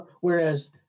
Whereas